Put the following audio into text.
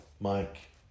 Mike